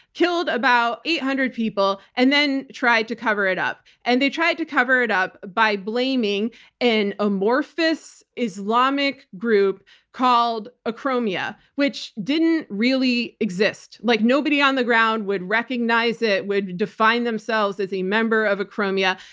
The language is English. killed about eight hundred people, and then tried to cover it up. and they tried to cover it up by blaming an amorphous islamic group called acromia, which didn't really exist. like nobody on the ground would recognize it, would define themselves as a member of acromia.